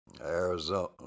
Arizona